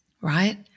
right